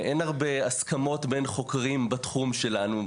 ואין הרבה הסכמות בין חוקרים בתחום שלנו,